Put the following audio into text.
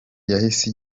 yahise